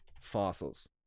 fossils